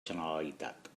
generalitat